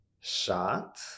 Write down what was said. shot